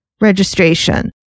registration